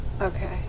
Okay